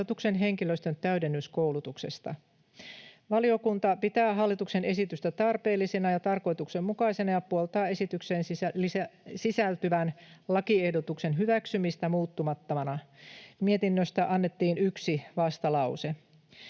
varhaiskasvatuksen henkilöstön täydennyskoulutuksesta. Valiokunta pitää hallituksen esitystä tarpeellisena ja tarkoituksenmukaisena ja puoltaa esitykseen sisältyvän lakiehdotuksen hyväksymistä muuttumattomana. Mietinnöstä annettiin yksi vastalause.